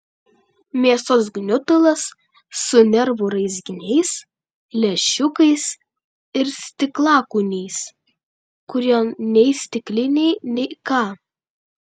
mėsos gniutulas su nervų raizginiais lęšiukais ir stiklakūniais kurie nei stikliniai nei ką